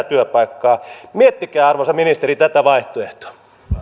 työpaikkaa lisää miettikää arvoisa ministeri tätä vaihtoehtoa